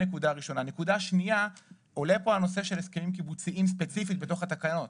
נקודה שנייה: עולה פה הנושא של הסכמים קיבוציים ספציפית בתוך התקנות.